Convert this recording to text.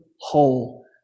whole